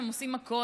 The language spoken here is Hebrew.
הם עושים הכול,